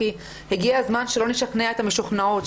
כי הגיע הזמן שלא נשכנע את המשוכנעות,